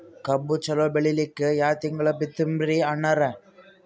ಕಬ್ಬು ಚಲೋ ಬೆಳಿಲಿಕ್ಕಿ ಯಾ ತಿಂಗಳ ಬಿತ್ತಮ್ರೀ ಅಣ್ಣಾರ?